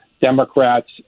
Democrats